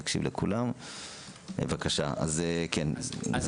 בבקשה, ערן דותן.